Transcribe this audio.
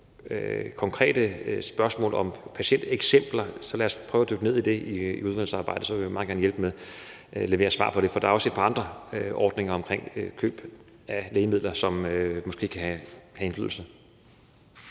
konkrete spørgsmål i forhold til patienteksempler, så lad os prøve at dykke ned i det i udvalgsarbejdet. Så vil jeg meget gerne hjælpe med at levere svar på det, for der er også et par andre ordninger omkring køb af lægemidler, som måske kan have indflydelse.